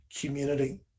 community